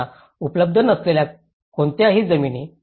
त्यांना उपलब्ध नसलेल्या कोणत्याही जमिनी